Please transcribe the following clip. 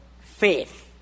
faith